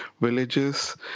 villages